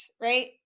right